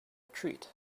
treat